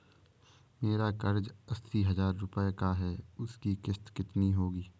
मेरा कर्ज अस्सी हज़ार रुपये का है उसकी किश्त कितनी होगी?